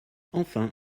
enfin